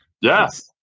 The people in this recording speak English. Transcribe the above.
Yes